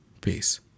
Peace